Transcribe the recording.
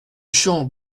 champ